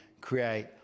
create